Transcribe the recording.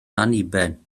anniben